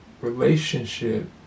relationship